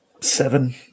seven